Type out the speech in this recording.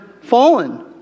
fallen